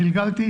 גלגלתי,